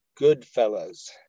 Goodfellas